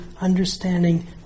understanding